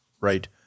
right